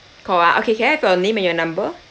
call ah okay can I have your name and your number